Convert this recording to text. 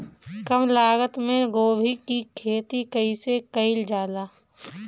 कम लागत मे गोभी की खेती कइसे कइल जाला?